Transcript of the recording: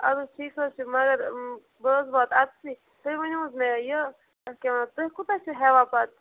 اَدٕ حظ ٹھیٖک حظ چھِ مگر بہٕ حظ واتہٕ اَتسٕے تُہۍ ؤنِو حظ مےٚ یہِ تُہۍ کوٗتاہ چھُو ہٮ۪وان پتہٕ